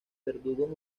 verdugos